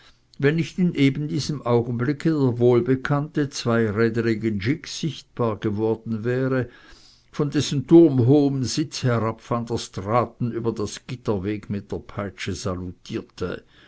wenn nicht in eben diesem augenblicke der wohlbekannte zweirädrige gig sichtbar geworden wäre von dessen turmhohem sitze herab van der straaten über das gitter weg mit der peitsche salutierte